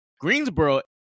Greensboro